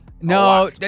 No